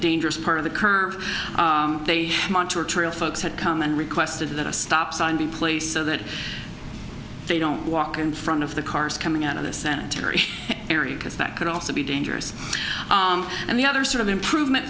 dangerous part of the curve they are trail folks had come and requested that a stop sign be placed so that they don't walk in front of the cars coming out of the centenary area because that could also be dangerous and the other sort of improvement